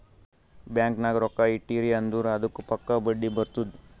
bank ನಾಗ್ ರೊಕ್ಕಾ ಇಟ್ಟಿರಿ ಅಂದುರ್ ಅದ್ದುಕ್ ಪಕ್ಕಾ ಬಡ್ಡಿ ಬರ್ತುದ್